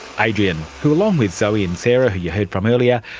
adrian, who along with zowie and sarah who you heard from earlier,